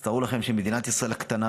אז תארו לכם שמדינת ישראל הקטנה,